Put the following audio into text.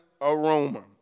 aroma